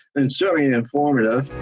and certainly informative.